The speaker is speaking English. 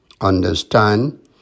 understand